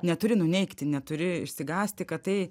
neturi nuneigti neturi išsigąsti kad tai